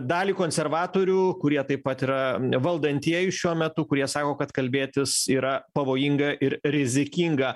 dalį konservatorių kurie taip pat yra valdantieji šiuo metu kurie sako kad kalbėtis yra pavojinga ir rizikinga